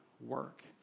work